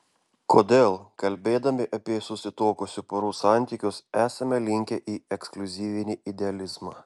kodėl kalbėdami apie susituokusių porų santykius esame linkę į ekskliuzyvinį idealizmą